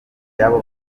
yabo